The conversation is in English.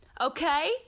Okay